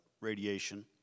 radiation